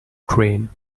train